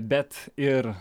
bet ir